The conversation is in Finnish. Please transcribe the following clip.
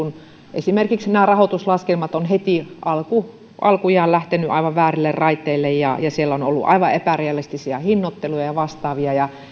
esimerkiksi rahoituslaskelmat ovat heti alkujaan alkujaan lähteneet aivan väärille raiteille ja siellä on ollut aivan epärealistisia hinnoitteluja ja vastaavia